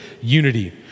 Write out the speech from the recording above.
unity